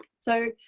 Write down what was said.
so,